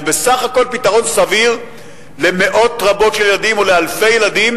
זה בסך הכול פתרון סביר למאות רבות של ילדים או לאלפי ילדים,